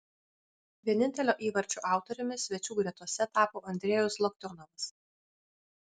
vienintelio įvarčio autoriumi svečių gretose tapo andrejus loktionovas